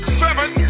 seven